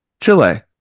Chile